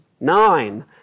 nine